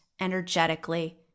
energetically